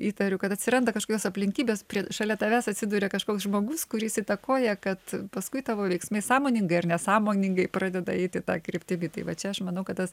įtariu kad atsiranda kažkokios aplinkybės prie šalia tavęs atsiduria kažkoks žmogus kuris įtakoja kad paskui tavo veiksmai sąmoningai ar nesąmoningai pradeda eiti ta kryptimi tai va čia aš manau kad tas